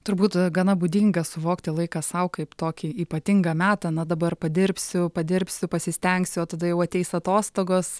turbūt gana būdinga suvokti laiką sau kaip tokį ypatingą metą na dabar padirbsiu padirbsiu pasistengsiu o tada jau ateis atostogos